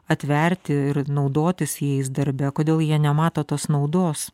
atverti ir naudotis jais darbe kodėl jie nemato tos naudos